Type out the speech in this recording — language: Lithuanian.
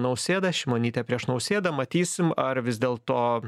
nausėda šimonytė prieš nausėdą matysim ar vis dėlto